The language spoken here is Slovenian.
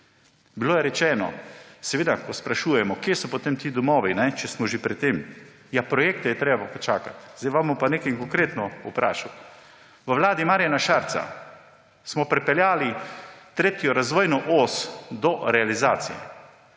Bilo je rečeno, ko sprašujemo, kje so, potem ti domovi, če smo že pri tem, češ, ja, projekte je treba počakati. Sedaj vas bom pa nekaj konkretno vprašal. V vladi Marjana Šarca smo pripeljali tretjo razvojno os do realizacije.